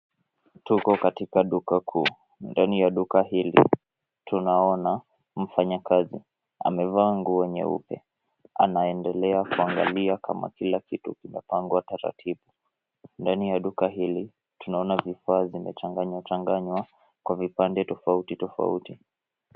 Tuko katika duka kuu na ndani ya duka hili tunaona mfanyakazi amevaa nguo nyeupe. Anaendelea kuangalia kama kila kitu kinapangwa taratibu. Ndani ya duka hili, tunaona vifaa vimechanganywa changanywa kwa vipande tofauti tofauti.